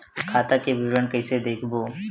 खाता के विवरण कइसे देखबो?